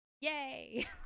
yay